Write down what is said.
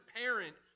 parent